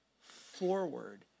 forward